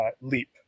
leap